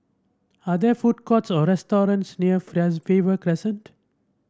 are there food courts or restaurants near Faber Crescent